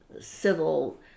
civil